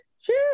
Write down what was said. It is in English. Sure